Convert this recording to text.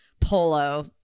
polo